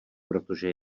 protože